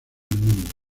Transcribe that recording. mundo